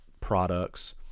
products